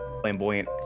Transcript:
flamboyant